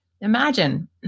Imagine